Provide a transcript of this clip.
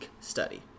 study